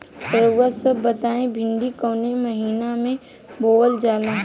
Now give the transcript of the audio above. रउआ सभ बताई भिंडी कवने महीना में बोवल जाला?